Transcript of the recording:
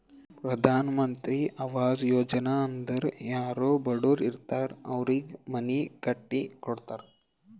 ಪ್ರಧಾನ್ ಮಂತ್ರಿ ಆವಾಸ್ ಯೋಜನಾ ಅಂದುರ್ ಯಾರೂ ಬಡುರ್ ಇರ್ತಾರ್ ಅವ್ರಿಗ ಮನಿ ಕಟ್ಟಿ ಕೊಡ್ತಾರ್